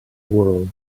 world